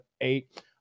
eight